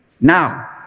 Now